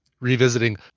revisiting